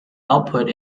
output